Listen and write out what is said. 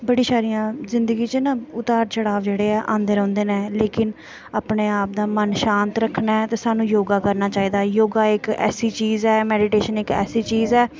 बड़े सारे जिन्दगी च ना उतार चढ़ाव आंदे रौैंह्दे न लेकिन अपना मन शांत रक्खना ते सानूं योगा करना चाहिदा ऐ योगा इक ऐसी चीज ऐ मैडिटेशन इक ऐसी चीज ऐ